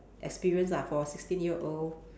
experience lah for a sixteen year old